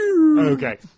Okay